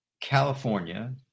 California